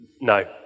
No